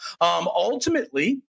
Ultimately